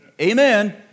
Amen